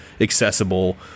accessible